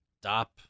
stop